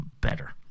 better